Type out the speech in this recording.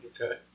Okay